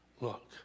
look